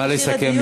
נא לסכם.